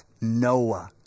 Noah